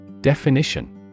Definition